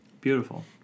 Beautiful